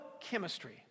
chemistry